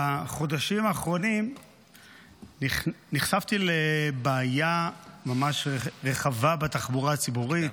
בחודשים האחרונים נחשפתי לבעיה ממש רחבה בתחבורה הציבורית,